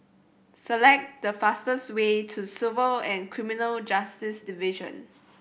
select the fastest way to Civil and Criminal Justice Division